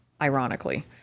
Ironically